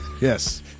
Yes